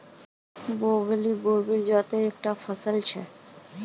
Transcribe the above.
broccoli गोभीर जातेर एक टा फसल छे